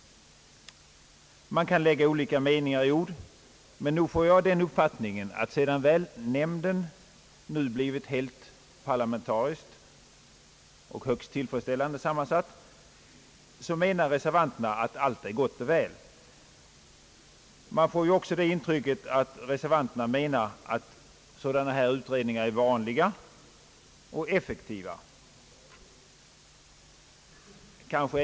Man kan lägga olika meningar i ord, men nog får jag den uppfattningen alt sedan väl nämnden blivit helt parlamentariskt sammansatt — och högst tillfredsställande sammansatt — menar reservanterna att allt är gott och väl. Man får också intrycket att reservanterna menar att utredningar av detta slag är vanliga och effektiva.